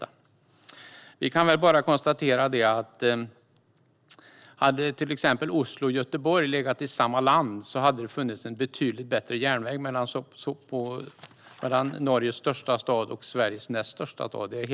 Om till exempel Oslo och Göteborg hade legat i samma land är jag helt övertygad om att det hade funnits en betydligt bättre järnväg mellan Norges största stad och Sveriges näst största stad.